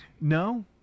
no